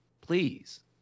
please